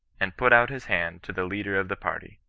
and put out his hand to the leader of the party.